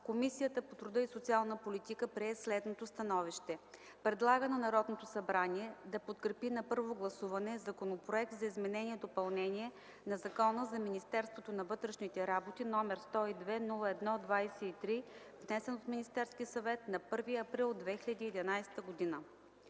Комисията по труда и социалната политика прие следното становище: Предлага на Народното събрание да подкрепи на първо гласуване Законопроект за изменение и допълнение на Закона за Министерството на вътрешните работи, № 102-01-23, внесен от Министерски съвет на 01.04.2011 г.”.